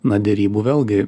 na derybų vėlgi